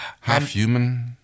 half-human